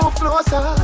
closer